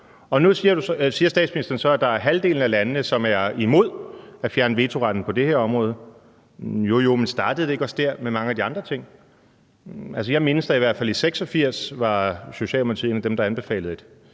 nu siger statsministeren så, at det er halvdelen af landene, som er imod at fjerne vetoretten på det her område. Jo, jo, men startede det ikke også der med mange af de andre ting? Jeg mindes da i hvert fald, at Socialdemokratiet i 1986 var blandt dem, der anbefalede en